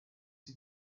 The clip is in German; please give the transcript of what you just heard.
sie